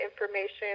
information